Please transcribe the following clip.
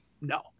No